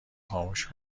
خاموش